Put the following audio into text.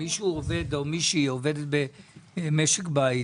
אם מישהו עובד או מישהי עובדת במשק בית,